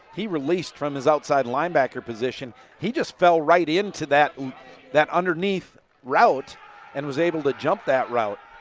he released from his outside linebacker position. he just fell right into that that underneath route and was able to jump that route.